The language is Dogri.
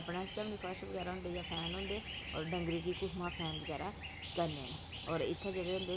अपने आस्तै बी नी फर्श बगैरा होंदा जां फैन होंदे होर डंगरें गी कुत्थुआं फैन बगैरा करने न होर इत्थें जेह्ड़ा होंदे